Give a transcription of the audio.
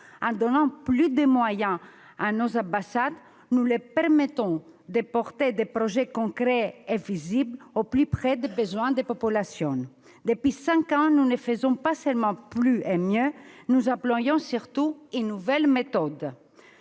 En donnant plus de moyens à nos ambassades, nous leur permettons de promouvoir des projets concrets et visibles, au plus près des besoins des populations. Depuis cinq ans, nous ne faisons pas seulement plus et mieux, nous employons surtout une nouvelle méthode.